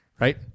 right